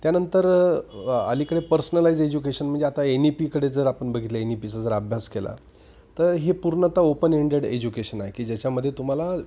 त्यानंतर अलीकडे personalize education म्हणजे आता एन ई पीकडे जर आपण बघितलं एन ई पीचा जर अभ्यास केला तर हे पूर्णत ओपन इंडेड एज्युकेशन आहे की ज्याच्यामध्ये तुम्हाला